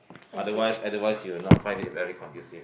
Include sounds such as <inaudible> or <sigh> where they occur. <noise> otherwise otherwise you will not find it very conducive